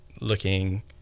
looking